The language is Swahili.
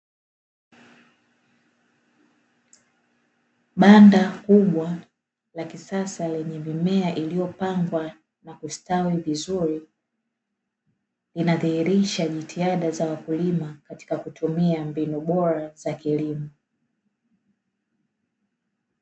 Banda kubwa la kisasa lenye mimea iliyopangwa na kustawi vizuri inadhihirisha jitihada za wakulima katika kutumia mbinu bora za kilimo.